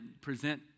present